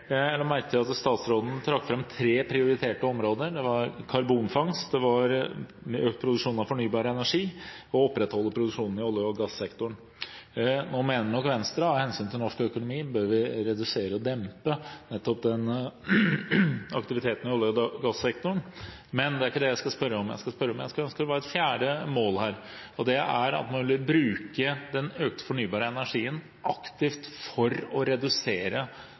Jeg la merke til at statsråden trakk fram tre prioriterte områder. Det var karbonfangst, det var økt produksjon av fornybar energi, og det var å opprettholde produksjonen i olje- og gassektoren. Nå mener nok Venstre, av hensyn til norsk økonomi, at vi bør redusere/dempe nettopp den aktiviteten i olje- og gassektoren. Men det er ikke det jeg skal spørre om. Jeg skulle ønske det var et fjerde mål her, og det er at man ville bruke den økte fornybare energien aktivt for å redusere